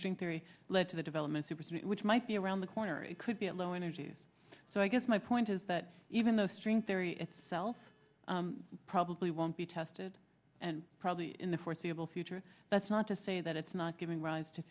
string theory led to the developments it was written which might be around the corner or it could be at low energy so i guess my point is that even though string theory itself probably won't be tested and probably in the foreseeable future that's not to say that it's not giving rise to